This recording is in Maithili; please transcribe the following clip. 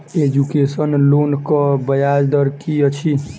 एजुकेसन लोनक ब्याज दर की अछि?